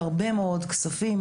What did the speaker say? אבל הרבה מאוד כספים.